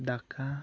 ᱫᱟᱠᱟ